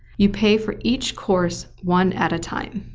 you pay for each course one at a time.